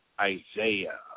Isaiah